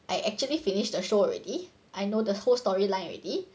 I actually finished the show already I know the whole story line already